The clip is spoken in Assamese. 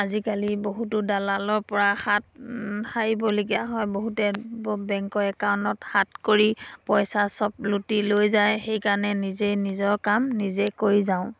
আজিকালি বহুতো দালালৰ পৰা হাত হাৰিবলগীয়া হয় বহুতে বেংকৰ একাউণ্টত হাত কৰি পইচা সব লুটি লৈ যায় সেইকাৰণে নিজেই নিজৰ কাম নিজে কৰি যাওঁ